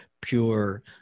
pure